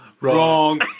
Wrong